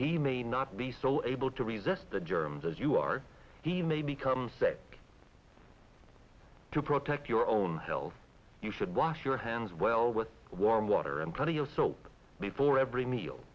he may not be so able to resist the germs as you are he may become sick to protect your own health you should wash your hands well with warm water and plenty of soap before every meal